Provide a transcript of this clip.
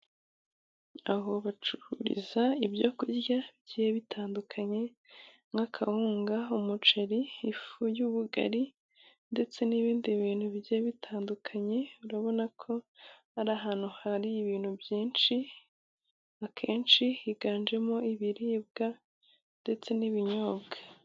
Aho bacururiza ibyo kurya bigiye bitandukanye nk'akawunga, umuceri, ifu y'ubugari ndetse n'ibindi bintu bigiye bitandukanye. Urabona ko ari ahantu hari ibintu byinshi, akenshi higanjemo ibiribwa ndetse n'ibinyobwa.